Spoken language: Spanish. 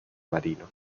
marino